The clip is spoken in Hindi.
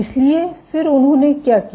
इसलिए फिर उन्होंने क्या किया